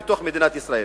בתוך מדינת ישראל.